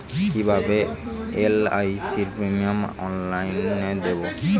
কিভাবে LIC premium অনলাইনে দেবো?